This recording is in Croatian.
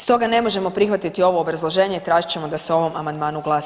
Stoga ne možemo prihvatiti ovo obrazloženje i tražit ćemo da se o ovom amandmanu glasuje.